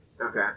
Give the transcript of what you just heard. Okay